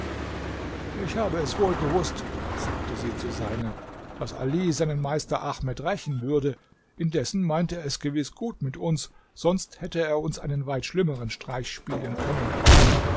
ich habe es wohl gewußt sagte sie zu seinab daß ali seinen meister ahmed rächen würde indessen meint er es gewiß gut mit uns sonst hätte er uns einen weit schlimmeren streich spielen können